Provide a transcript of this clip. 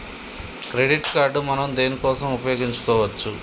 Credit card మనం దేనికోసం ఉపయోగించుకోవచ్చు?